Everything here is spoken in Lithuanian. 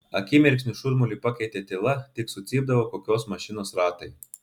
akimirksniu šurmulį pakeitė tyla tik sucypdavo kokios mašinos ratai